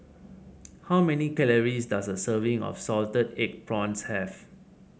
how many calories does a serving of Salted Egg Prawns have